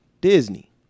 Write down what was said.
Disney